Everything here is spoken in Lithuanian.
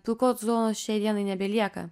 pilkos zonos šiai dienai nebelieka